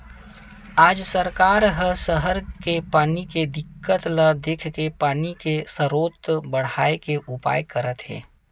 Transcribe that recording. आज सरकार ह सहर के पानी के दिक्कत ल देखके पानी के सरोत बड़हाए के उपाय करत हे